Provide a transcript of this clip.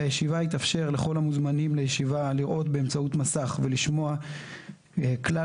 בישיבה יתאפשר לכל המוזמנים לישיבה לראות באמצעות מסך ולשמוע את כלל